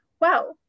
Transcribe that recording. wow